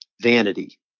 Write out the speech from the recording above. vanity